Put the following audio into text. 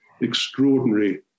extraordinary